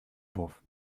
wurf